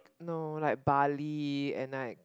no like barley and like